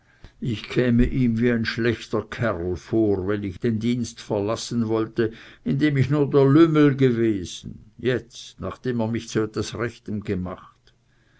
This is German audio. ich käme ihm wie ein schlechter kerl vor wenn ich den dienst verlassen wollte in dem ich nur der lümmel gewesen jetzt nachdem er mich zu etwas rechtem gemacht